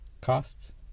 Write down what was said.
costs